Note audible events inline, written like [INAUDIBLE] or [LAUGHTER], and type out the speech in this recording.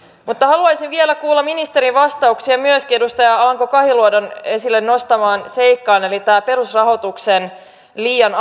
mutta haluaisin vielä kuulla ministerin vastauksia myöskin edustaja alanko kahiluodon esille nostamaan seikkaan eli tämän perusrahoituksen liian [UNINTELLIGIBLE]